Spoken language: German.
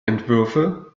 entwürfe